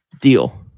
Deal